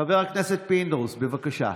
חבר הכנסת פינדרוס, בבקשה.